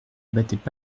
battaient